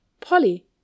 Polly